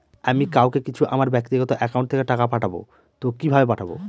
আমি কাউকে কিছু আমার ব্যাক্তিগত একাউন্ট থেকে টাকা পাঠাবো তো কিভাবে পাঠাবো?